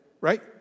right